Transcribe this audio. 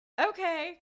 Okay